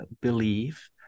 believe